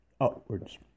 upwards